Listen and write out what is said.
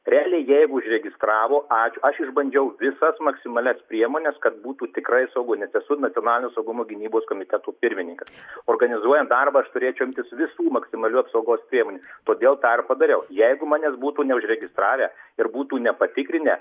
realiai jeigu užregistravo ačiū aš išbandžiau visas maksimalias priemones kad būtų tikrai saugu nes esu nacionalinio saugumo gynybos komiteto pirmininkas organizuojant darbą aš turėčiau imtis visų maksimalių apsaugos priemonių todėl tą ir padariau jeigu manęs būtų neužregistravę ir būtų nepatikrinę